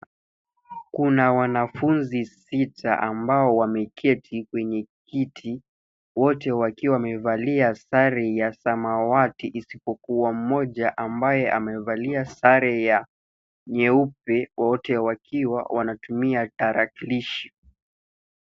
Kuna wanafunzi sita ambao wameketi kwenye kiti wote wakiwa wamevalia sare ya smawati isipokuwa mmoja mbaye amevalia sare ya nyeupe wote wakiwa wanatumia tarakilishi.